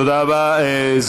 תודה רבה, חבר הכנסת שמולי.